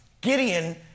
Gideon